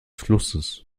flusses